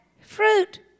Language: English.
fruit